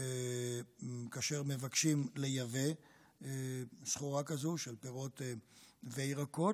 כאשר מבקשים לייבא סחורה כזאת של פירות וירקות,